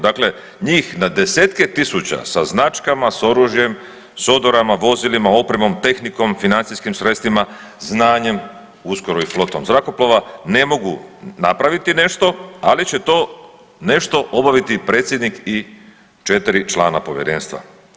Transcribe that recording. Dakle, njih na desetke tisuća sa značkama, s oružjem, s odorama, vozilima, opremom, tehnikom, financijskim sredstvima, znanjem, uskoro i flotom zrakoplova, ne mogu napraviti nešto, ali će to nešto obaviti predsjednik i četri člana povjerenstva.